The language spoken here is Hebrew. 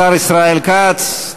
השר ישראל כץ.